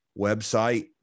website